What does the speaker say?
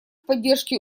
поддержке